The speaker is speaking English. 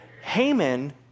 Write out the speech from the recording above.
Haman